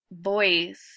voice